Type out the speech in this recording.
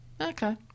Okay